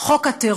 אבל חוק הטרור,